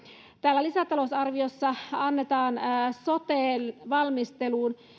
täällä lisätalousarviossa annetaan soten valmisteluun